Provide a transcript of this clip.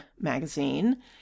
Magazine